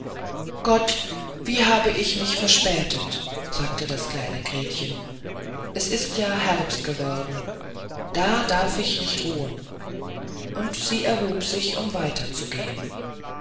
gott wie habe ich mich verspätet sagte das kleine gretchen es ist ja herbst geworden da darf ich nicht ruhen und sie erhob sich um